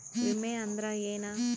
ವಿಮೆ ಅಂದ್ರೆ ಏನ?